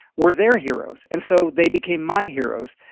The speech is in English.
were their heroes. and so they became my heroes.